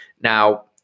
Now